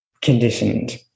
conditioned